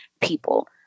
people